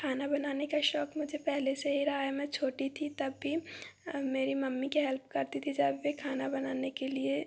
खाना बनाने का शौक मुझे पहले से ही रहा है मैं छोटी थी तब भी मेरी मम्मी की हेल्प करती थी जब भी खाना बनाने के लिए